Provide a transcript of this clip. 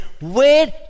wait